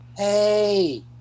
Hey